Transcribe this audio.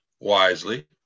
Wisely